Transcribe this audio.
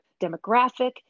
demographic